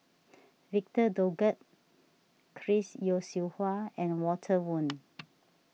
Victor Doggett Chris Yeo Siew Hua and Walter Woon